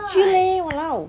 chill leh !walao!